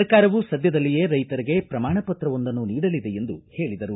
ಸರ್ಕಾರವು ಸದ್ದದಲ್ಲಿಯೇ ರೈತರಿಗೆ ಪ್ರಮಾಣಪತ್ರವೊಂದನ್ನು ನೀಡಲಿದೆ ಎಂದು ಹೇಳಿದರು